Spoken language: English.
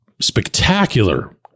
spectacular